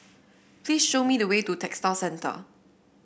please show me the way to Textile Center